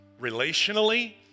relationally